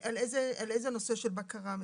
אם כי אני מלווה את הקורונה גם